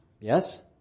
yes